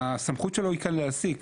הסמכות שלו היא כאן להעסיק,